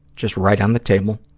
just right on the table.